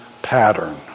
Pattern